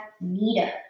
Nita